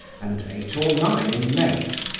and eight or nine in length,